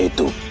ah to